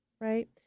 right